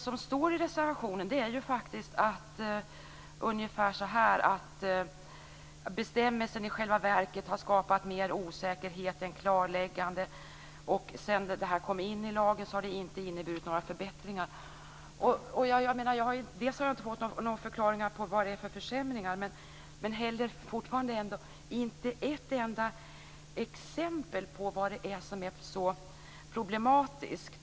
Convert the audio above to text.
I reservationen står det ungefär att bestämmelsen i själva verket har skapat mer osäkerhet än klarläggande och att den sedan den kom in i lagen inte har inneburit några förbättringar. Jag har inte fått några förklaringar till vilka försämringar det är fråga om och inte heller ett enda exempel på vad det är som är så problematiskt.